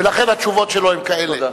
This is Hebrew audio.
ולכן התשובות שלו הן כאלה.